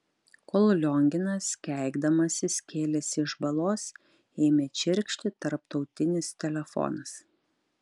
kol lionginas keikdamasis kėlėsi iš balos ėmė čirkšti tarptautinis telefonas